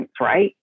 right